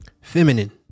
feminine